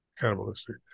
cannibalistic